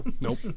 Nope